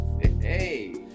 Hey